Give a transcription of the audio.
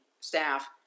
staff